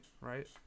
right